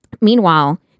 Meanwhile